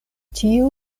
tio